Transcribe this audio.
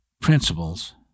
principles